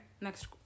next